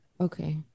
Okay